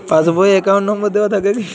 Pass বই এ account number দেওয়া থাকে কি?